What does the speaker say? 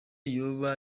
yoba